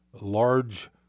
large